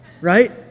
Right